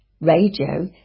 Radio